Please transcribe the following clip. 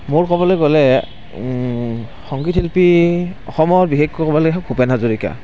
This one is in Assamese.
মোৰ ক'বলৈ গ'লে সংগীত শিল্পী অসমৰ বিশেষকৈ ক'ব গ'লে ভূপেন হাজৰিকা